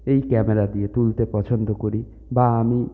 এই ক্যামেরা দিয়ে তুলতে পছন্দ করি বা আমি